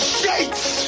shakes